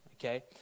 okay